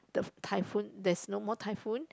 the typhoon there's no more typhoon